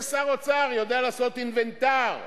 זה שר אוצר, יודע לעשות אינוונטר: